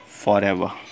forever